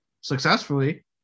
successfully